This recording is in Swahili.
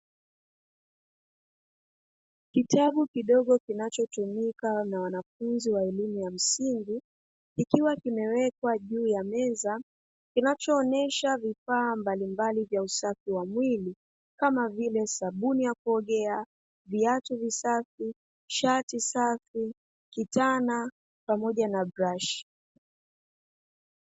Kitabu kidogo kinachotumika na wanafunzi wa elimu ya msingi kikiwa kimewekwa juu ya meza, kinachoonyesha vifaa mbalimbali vya usafi wa mwili kama vile, sabuni ya kuoge, viatu visafi, shati safi, kitana pamoja na brashi.